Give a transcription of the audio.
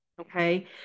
Okay